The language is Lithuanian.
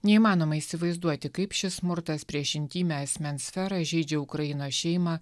neįmanoma įsivaizduoti kaip šis smurtas prieš intymią asmens sferą žeidžia ukrainos šeimą